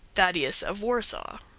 thaddeus of warsaw.